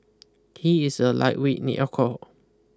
he is a lightweight in alcohol